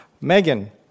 Megan